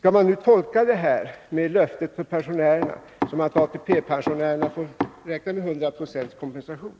Skall man nu tolka det här med löftet till pensionärerna som att ATP-pensionärerna får räkna med en 100-procentig kompensation?